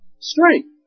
Strength